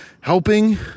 helping